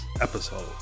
episode